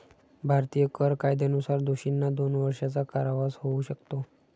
भारतीय कर कायद्यानुसार दोषींना दोन वर्षांचा कारावास होऊ शकतो